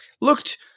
Looked